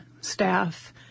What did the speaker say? staff